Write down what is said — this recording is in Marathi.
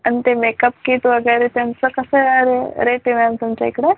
अन् ते मेकअप किट वगैरे त्यांचं कसं आहे रे रेट आहे मॅम तुमच्या इकडे